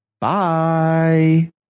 Bye